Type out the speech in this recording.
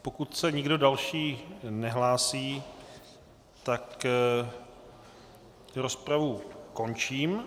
Pokud se nikdo další nehlásí, tak obecnou rozpravu končím.